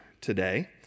today